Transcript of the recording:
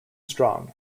strong